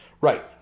Right